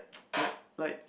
like like